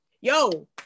yo